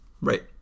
right